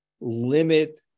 limit